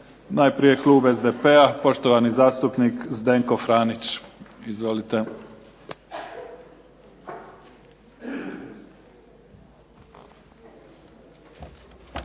Najprije klub SDP-a, poštovani zastupnik Zdenko Franić. Izvolite.